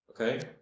Okay